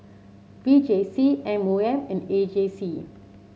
V J C M O M and A J C